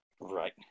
Right